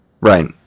Right